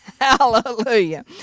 Hallelujah